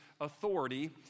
authority